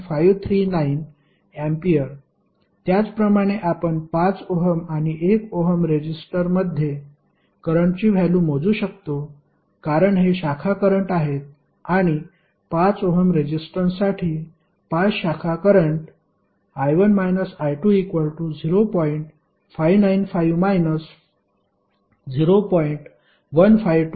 539 A त्याचप्रमाणे आपण 5 ohm आणि 1 ओहम रेजिस्टरमध्ये करंटची व्हॅल्यु मोजू शकतो कारण हे शाखा करंट आहेत आणि 5 ओहम रेजिस्टन्ससाठी 5 शाखा करंट I1 I2 0